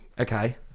Okay